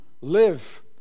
live